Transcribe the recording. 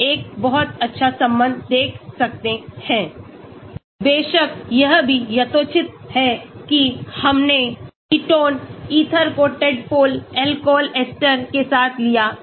log1C 149 log P 010 2 050 बेशक यह भी यथोचित है कि हमने केटोन ईथर को टैडपोल अल्कोहल एस्टर के साथ लिया है